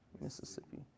Mississippi